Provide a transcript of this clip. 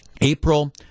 April